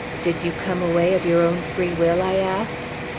did you come away of your own free will? i asked.